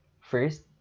first